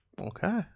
Okay